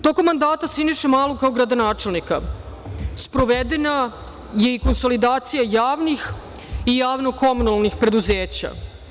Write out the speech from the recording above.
Tokom mandata Siniše Malog kao gradonačelnika sprovedena je i konsolidacija javnih i javno-komunalnih preduzeća.